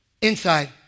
inside